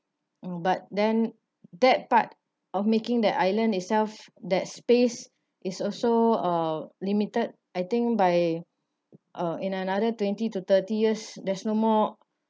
but then that part of making the island itself that space is also uh limited I think by uh in another twenty to thirty years there's no more